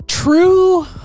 True